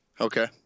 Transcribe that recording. Okay